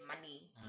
money